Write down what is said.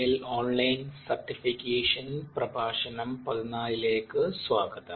L online certification പ്രഭാഷണം 14 ലേക്ക് സ്വാഗതം